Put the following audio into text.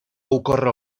ocórrer